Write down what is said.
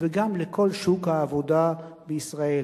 לפני שתיתן באמת את הזמן המוקצה, זו שאלה עקרונית.